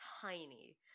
tiny